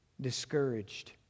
discouraged